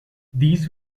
these